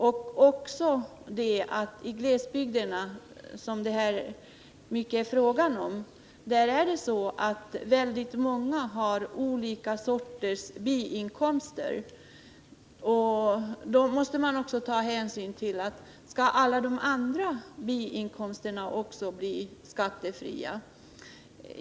Det är också så att det i glesbygderna, som det här till stor del är fråga om, finns väldigt många som har olika sorters biinkomster, och då måste man ta hänsyn till om alla de andra biinkomsterna också skall bli skattefria.